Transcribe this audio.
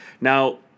Now